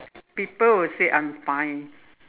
people will say I'm fine